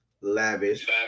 lavish